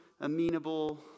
amenable